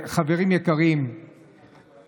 חברים יקרים,